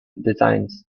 designs